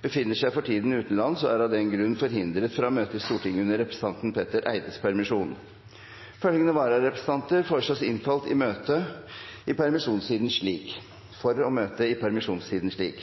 befinner seg for tiden utenlands og er av den grunn forhindret fra å møte i Stortinget under representanten Petter Eides permisjon. Følgende vararepresentanter foreslås innkalt for å møte i permisjonstiden slik: